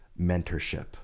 mentorship